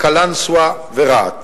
קלנסואה ורהט.